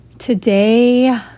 Today